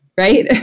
Right